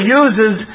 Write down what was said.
uses